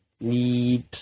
need